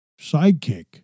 sidekick